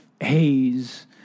haze